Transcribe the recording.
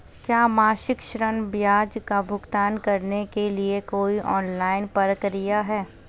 क्या मासिक ऋण ब्याज का भुगतान करने के लिए कोई ऑनलाइन प्रक्रिया है?